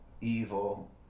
evil